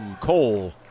Cole